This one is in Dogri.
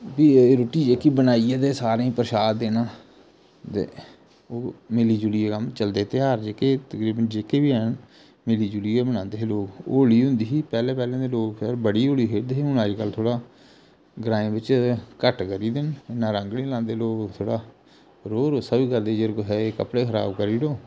फ्ही रुट्टी जेह्की बनाई ऐ ते सारें गी परशाद देना ते ओह् मिली जुलियै कम्म चलदे तेहार जेह्के तकरीबन जेह्के बी हैन मिली जुलियै मनांदे हे लोक होली हुंदी ही पैहले पैहले ते लोक खैर बड़ी होली खेढदे हे हुन अजकल थोड़ा ग्राएं बिच्च घट्ट करी गेदे न इन्ना रंग नी लांदे लोक थोह्ड़ा रौह् रौस्सा बी करदे जेकर कुसै दे कपड़े खराब करी ओड़ो